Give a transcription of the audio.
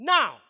Now